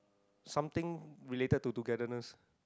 something related to togetherness